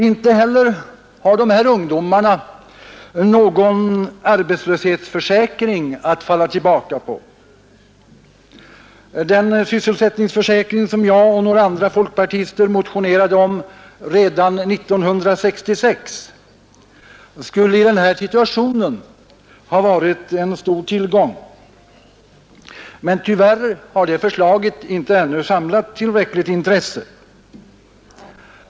Inte heller har de här ungdomarna någon arbetslöshetsförsäkring att falla tillbaka på. Den sysselsättningsförsäkring som jag och några andra folkpartister motionerade om redan 1966 skulle i den här situationen ha varit en stor tillgång, men tyvärr har det förslaget ännu inte samlat tillräckligt intresse.